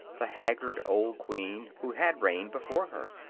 the haggard old queen who had reigned before her.